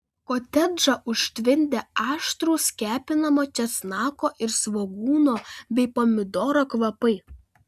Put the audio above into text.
kotedžą užtvindė aštrūs kepinamo česnako ir svogūno bei pomidoro kvapai